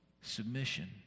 submission